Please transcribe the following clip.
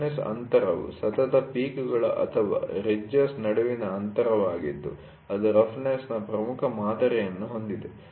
roughness ಅಂತರವು ಸತತ ಪೀಕ್'ಗಳು ಅಥವಾ ರಿಡ್ಜಸ್ ನಡುವಿನ ಅಂತರವಾಗಿದ್ದು ಅದು ರಫ್ನೆಸ್'ನ ಪ್ರಮುಖ ಮಾದರಿಯನ್ನು ಹೊಂದಿದೆ